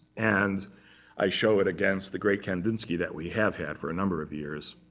and i show it against the great kandinsky that we have had for a number of years,